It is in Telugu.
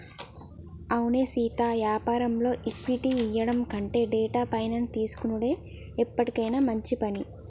అవునే సీతా యాపారంలో ఈక్విటీ ఇయ్యడం కంటే డెట్ ఫైనాన్స్ తీసుకొనుడే ఎప్పటికైనా మంచి పని